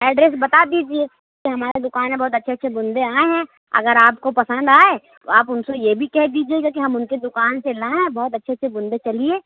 address بتا دیجیے کہ ہماری دُکان میں بہت اچھے اچھے بندے آئے ہیں اگر آپ کو پسند آئے آپ اُن سے یہ بھی کہہ دیجیے گا کہ ہم اُن کی دُکان سے لائے ہیں بہت اچھے اچھے بُندے چلیے